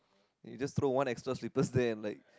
and you just throw one extra slippers there and like